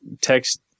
text